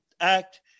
act